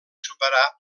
superar